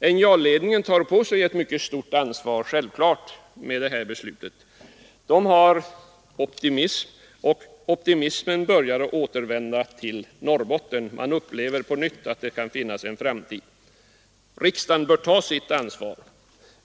NJA-ledningen tar på sig ett mycket stort ansvar med detta beslut. Den har optimism. Optimismen börjar återvända till Norrbotten. Man upplever på nytt att det kan finnas en framtid. Riksdagen bör ta sitt ansvar.